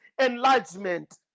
enlargement